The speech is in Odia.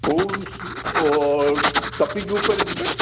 କେଉଁ ଟପିକ୍ ଉପରେ ଯିବେ